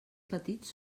petits